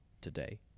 today